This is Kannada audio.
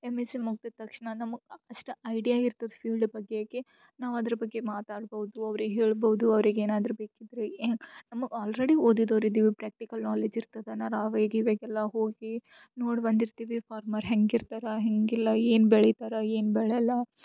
ಎಮ್ಎಸ್ಸಿ ಮುಗ್ದಿದ ತಕ್ಷಣ ನಮ್ಮ ಅಷ್ಟ ಐಡಿಯಾ ಇರ್ತದೆ ಫೀಲ್ಡ್ ಬಗ್ಗೆಗೆ ನಾವು ಅದ್ರ ಬಗ್ಗೆ ಮಾತಾಡ್ಬೋದು ಅವ್ರಿಗೆ ಹೇಳ್ಬೋದು ಅವ್ರಿಗೆ ಏನಾದರು ಬೇಕಿದ್ರೆ ನಮ್ಮ ಆಲ್ರೆಡಿ ಓದಿದೋರು ಇದೀವಿ ಪ್ರಾಕ್ಟಿಕಲ್ಚ ನಾಲೆಜ್ ಇರ್ತದೆ ನಾರಾವೇಗ್ ಈವೇಗ ಎಲ್ಲ ಹೋಗಿ ನೋಡಿ ಬಂದಿರ್ತೀವಿ ಫಾರ್ಮರ್ ಹೆಂಗೆ ಇರ್ತರೆ ಹೆಂಗೆ ಇಲ್ಲ ಏನು ಬೆಳೀತಾರೆ ಏನು ಬೆಳೆಲ್ಲಾ